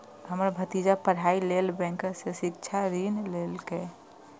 हमर भतीजा पढ़ाइ लेल बैंक सं शिक्षा ऋण लेलकैए